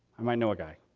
i might know a guy.